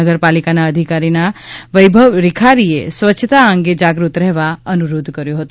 નગરપાલિકાના અધિકારીના વૈભવ રિખારીએ સ્વસ્છતા અંગે જાગ્રત રહેવા અનુરોધ કર્યો હતો